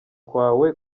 kwawe